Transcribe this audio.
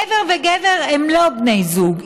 גבר וגבר הם לא בני זוג,